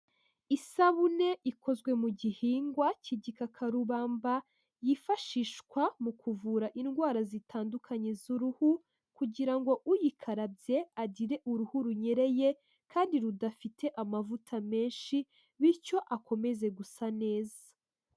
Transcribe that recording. Isabune ikozwe mu gihingwa cy'igikakarubamba, yifashishwa mu kuvura indwara zitandukanye z'uruhu kugira ngo uyikarabye agire uruhu runyereye kandi rudafite amavuta menshi bityo akomeze gusa neza.